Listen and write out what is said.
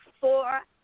Four